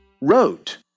wrote